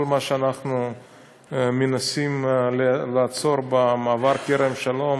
כל מה שאנחנו מנסים לעצור במעבר כרם שלום,